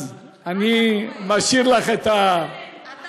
אז אני משאיר לך את, מה אתה פורש?